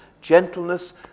gentleness